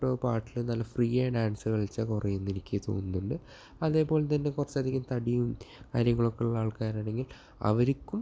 ട്ടപ്പെട്ട പാട്ടിൽ നല്ല ഫ്രീയായി ഡാൻസ് കളിച്ചാൽ കുറയുമെന്ന് എനിക്ക് തോന്നുന്നുണ്ട് അതേപോലെ തന്നെ കുറച്ചധികം തടിയും കാര്യങ്ങളൊക്കെ ഉള്ള ആൾക്കാരാണെങ്കിൽ അവർക്കും